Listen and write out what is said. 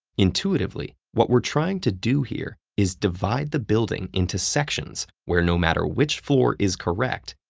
intuitively, what we're trying to do here is divide the building into sections where no matter which floor is correct,